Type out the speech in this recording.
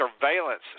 surveillance